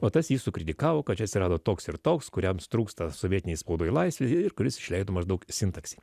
o tas jį sukritikavo kad čia atsirado toks ir toks kuriam trūksta sovietinėj spaudoj laisvės ir kuris išleido maždaug sintaksį